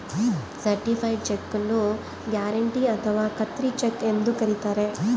certified cheque ನ್ನು guarantee ಅಥಾವ ಖಾತ್ರಿ ಚೆಕ್ ಎಂದು ಕರಿತಾರೆ